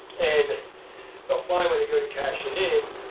and they'll find, when they go to cash it in,